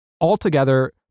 Altogether